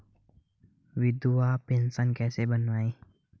विधवा पेंशन कैसे बनवायें?